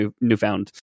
newfound